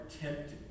tempted